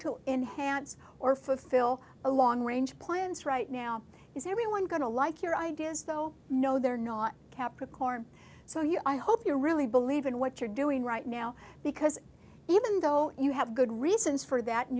to enhance or fulfill a long range plans right now is everyone going to like your ideas though no they're not capricorn so you i hope you really believe in what you're doing right now because even though you have good reasons for that